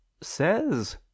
says